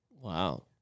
Wow